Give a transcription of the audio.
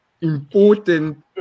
important